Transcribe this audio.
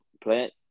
Plant